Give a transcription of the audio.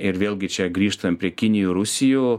ir vėlgi čia grįžtam prie kinijų rusijų